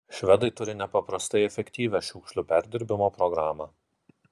švedai turi nepaprastai efektyvią šiukšlių perdirbimo programą